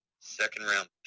second-round